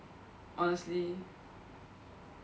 honestly